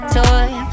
toy